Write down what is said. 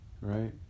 Right